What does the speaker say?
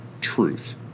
truth